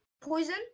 poison